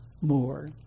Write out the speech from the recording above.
more